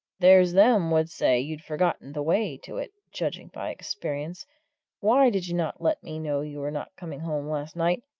there's them would say you'd forgotten the way to it, judging by experience why did you not let me know you were not coming home last night,